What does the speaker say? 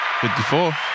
54